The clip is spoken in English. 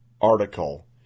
article